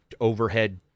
overhead